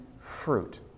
fruit